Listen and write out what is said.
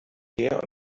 her